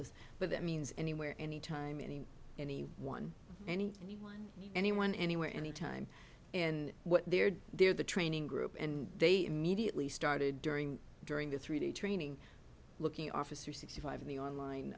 is but that means anywhere any time any any one any anyone anyone anywhere any time and what they're there the training group and they immediately started during during the three day training looking officer sixty five in the online